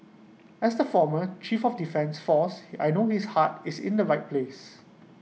as the former chief of defence force I know his heart is in the right place